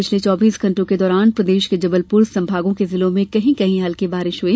पिछले चौबीस घंटों के दौरान प्रदेश के जबलपुर संभागों के जिलों में कहीं कहीं बारिश हुई